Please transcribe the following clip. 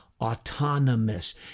autonomous